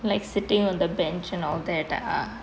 like sitting on the bench and all that ah